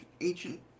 ancient